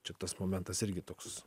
čia tas momentas irgi toks